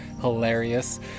hilarious